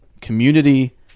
community